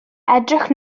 edrych